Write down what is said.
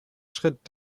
schritt